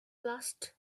last